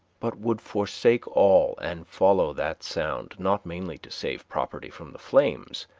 but would forsake all and follow that sound, not mainly to save property from the flames,